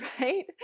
right